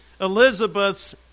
Elizabeth's